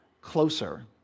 closer